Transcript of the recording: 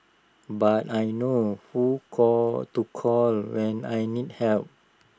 but I know who call to call when I need help